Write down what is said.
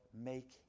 make